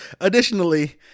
Additionally